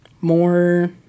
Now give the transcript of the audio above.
more